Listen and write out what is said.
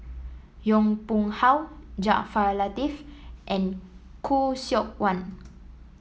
Yong Pung How Jaafar Latiff and Khoo Seok Wan